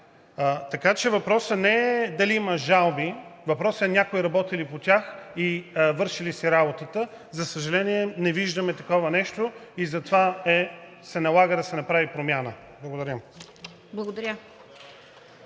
Така че въпросът не е дали има жалби, въпросът е някой работи ли по тях и върши ли си работата? За съжаление, не виждаме такова нещо и затова се налага да се направи промяна.